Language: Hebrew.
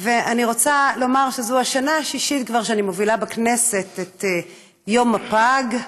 אני רוצה לומר שזאת כבר השנה השישית שאני מובילה בכנסת את יום הפג,